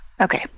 Okay